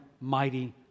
mighty